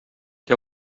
què